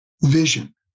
vision